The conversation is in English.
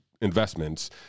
investments